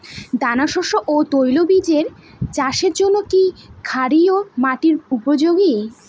দানাশস্য ও তৈলবীজ চাষের জন্য কি ক্ষারকীয় মাটি উপযোগী?